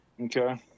Okay